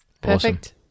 Perfect